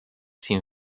sin